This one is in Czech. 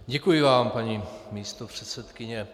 Děkuji vám, paní místopředsedkyně.